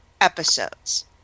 episodes